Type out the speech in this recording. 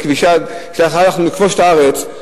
כדי שאחר כך נכבוש את הארץ,